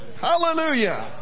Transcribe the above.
Hallelujah